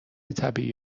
طبیعی